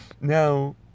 now